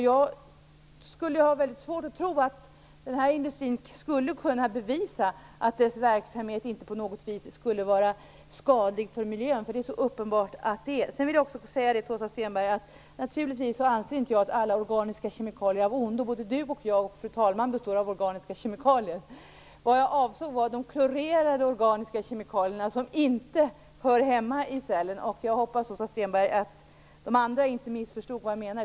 Jag skulle ha väldigt svårt att tro att den här industrin skulle kunna bevisa att dess verksamhet inte på något vis skulle vara skadlig för miljön, för det är så uppenbart att den är det. Jag vill också säga till Åsa Stenberg att jag naturligtvis inte anser att alla organiska kemikalier är av ondo. Åsa Stenberg, jag och fru talmannen består av organiska kemikalier. Det jag avsåg var de klorerade organiska kemikalierna som inte hör hemma i cellen. Jag hoppas, Åsa Stenberg, att de andra inte missförstod vad jag menade.